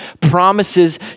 promises